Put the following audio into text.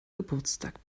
geburtstag